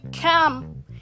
come